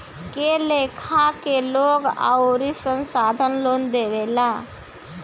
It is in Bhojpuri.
कए लेखा के लोग आउर संस्थान लोन लेवेला